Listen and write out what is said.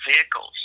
vehicles